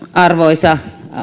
arvoisa